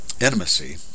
intimacy